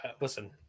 listen